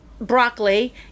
broccoli